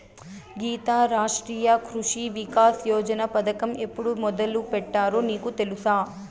గీతా, రాష్ట్రీయ కృషి వికాస్ యోజన పథకం ఎప్పుడు మొదలుపెట్టారో నీకు తెలుసా